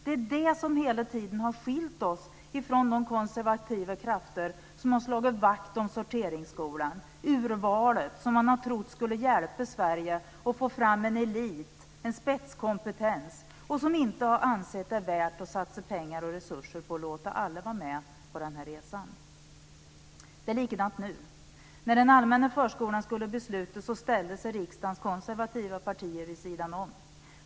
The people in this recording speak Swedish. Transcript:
Det är det som hela tiden har skilt oss från de konservativa krafter som har slagit vakt om sorteringsskolan, urvalet som man har trott skulle hjälpa Sverige att få fram en elit, en spetskompetens, och som inte har ansett det värt att satsa pengar och resurser på att låta alla vara med på den här resan. Det är likadant nu. När den allmänna förskolan skulle beslutas ställde sig riksdagens konservativa partier vid sidan om.